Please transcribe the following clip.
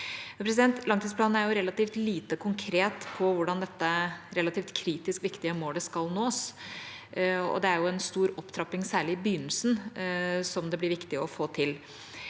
poengene. Langtidsplanen er relativt lite konkret på hvordan dette relativt kritisk viktige målet skal nås, og det er en stor opptrapping, særlig i begynnelsen, som det blir viktig å få til.